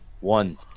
One